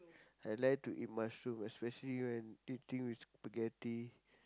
I like to eat mushroom especially when eating with spaghetti